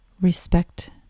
respect